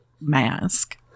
mask